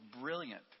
brilliant